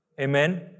Amen